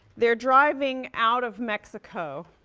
they're driving out of mexico,